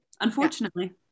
unfortunately